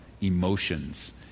emotions